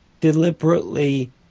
deliberately